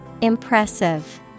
Impressive